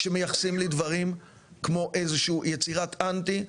כשמייחסים לי דברים כמו איזשהו יצירת אנטי,